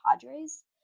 Padres